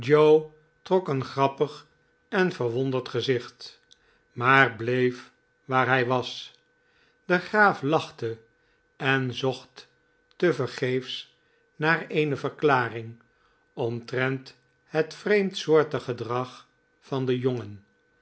trok een grappig en verwonderd gezicht maar bleef waar hi was de graaf lachte en zocht tevergeefs naar eene verklaring omtrent het vreemdsoortig gedrag van den jongen